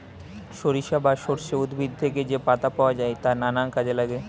সরিষা বা সর্ষে উদ্ভিদ থেকে যে পাতা পাওয়া যায় তা নানা কাজে লাগে